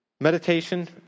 Meditation